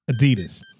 Adidas